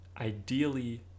ideally